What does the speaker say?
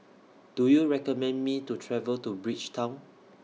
Do YOU recommend Me to travel to Bridgetown